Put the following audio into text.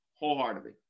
Wholeheartedly